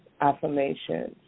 affirmations